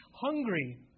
hungry